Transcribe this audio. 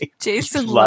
Jason